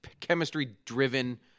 chemistry-driven